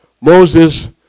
Moses